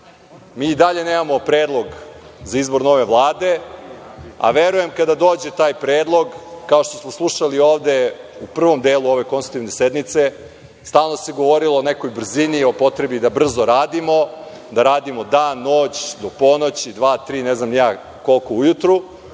i dalje nemamo predlog za izbor nove Vlade, a verujem, kada dođe taj predlog, kao što smo slušali ovde u prvom delu ove konstitutivne sednice, stalno se govorilo o nekoj brzini, o potrebi da brzo radimo, da radimo dan, noć, do ponoći, dva, tri, ne znam ni ja koliko ujutru,